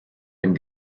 dem